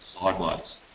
sideways